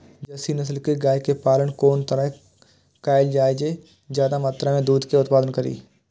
Jersey नस्ल के गाय के पालन कोन तरह कायल जाय जे ज्यादा मात्रा में दूध के उत्पादन करी?